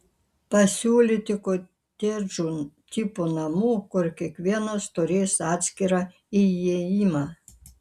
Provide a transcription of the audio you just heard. pasiūlyti kotedžų tipo namų kur kiekvienas turės atskirą įėjimą